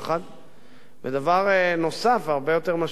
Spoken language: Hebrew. ודבר נוסף והרבה יותר משמעותי הוא העובדה